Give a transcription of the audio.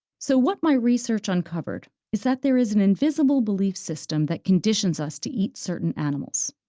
so what my research uncovered is that there is an invisible belief system that conditions us to eat certain animals.